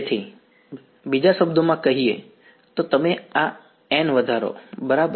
તેથી બીજા શબ્દોમાં કહીએ તો તમે આ N વધારો બરાબર